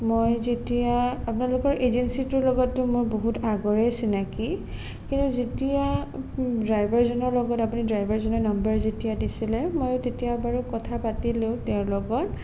মই যেতিয়া আপোনালোকৰ এজেঞ্চিটোৰ লগততো মোৰ আগৰে চিনাকী কিন্তু যেতিয়া ড্ৰাইভাৰজনৰ লগত আপুনি ড্ৰাইভাৰজনৰ নাম্বাৰ যেতিয়া দিছিলে মই তেতিয়া বাৰু কথা পাতিলোঁ তেওঁৰ লগত